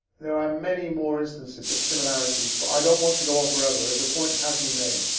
there are many more instances of similarities, but i don't want to go on forever, as the point has been made.